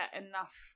enough